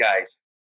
guys